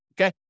okay